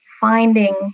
finding